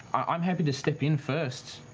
i'm happy to step in first.